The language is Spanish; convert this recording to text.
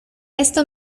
esto